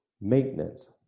maintenance